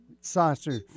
saucer